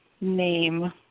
name